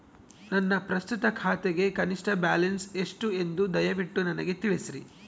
ನನ್ನ ಪ್ರಸ್ತುತ ಖಾತೆಗೆ ಕನಿಷ್ಠ ಬ್ಯಾಲೆನ್ಸ್ ಎಷ್ಟು ಎಂದು ದಯವಿಟ್ಟು ನನಗೆ ತಿಳಿಸ್ರಿ